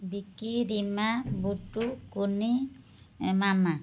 Vicky Rima Butu Kuni Mama